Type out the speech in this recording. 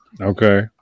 Okay